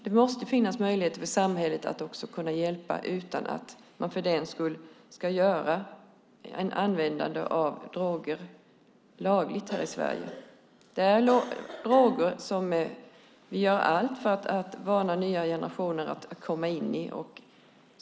Det måste finnas möjligheter för samhället att hjälpa utan att för den skull göra ett användande av droger lagligt här i Sverige. Det handlar om droger som vi gör allt för att varna nya generationer för att komma in i.